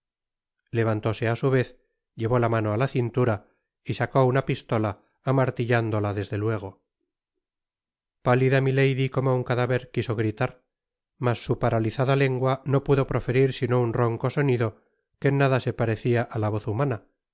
levantóse á su vez llevó la mano á la cintura y sacó una pistola amartillándola desde luego pálida milady como un cadáver quiso gritar mas su paralizada lengua no pudo proferir sino un ronco sonido que en nada se parecia á la voz humana